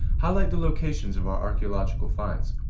highlight the locations of our archaeological finds.